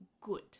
good